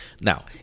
Now